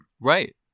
right